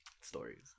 stories